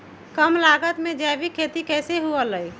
कम लागत में जैविक खेती कैसे हुआ लाई?